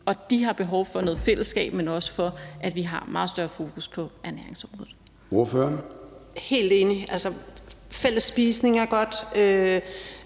og de har behov for noget fællesskab, men også for, at vi har et meget større fokus på ernæringsområdet. Kl. 10:15 Formanden